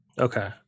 Okay